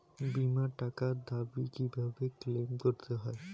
বিমার টাকার দাবি কিভাবে ক্লেইম করতে হয়?